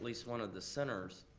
least one of the centers.